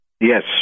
Yes